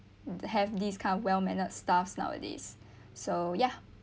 have this kind of well mannered staffs nowadays so ya